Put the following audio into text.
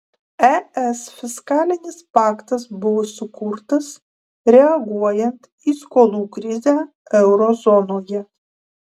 es fiskalinis paktas buvo sukurtas reaguojant į skolų krizę euro zonoje